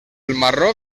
marroc